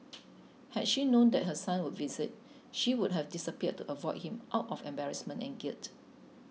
had she known that her son would visit she would have disappeared to avoid him out of embarrassment and guilt